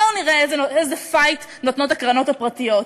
בואו נראה איזה "פייט" נותנות הקרנות הפרטיות.